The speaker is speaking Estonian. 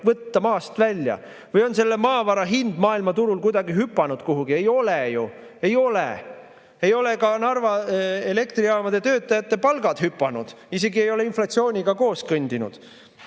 võimalik maast välja võtta? Või on selle maavara hind maailmaturul kuidagi hüpanud kuhugi? Ei ole ju! Ei ole! Ei ole ka Narva elektrijaamade töötajate palgad [üles] hüpanud, isegi ei ole inflatsiooniga koos kõndinud.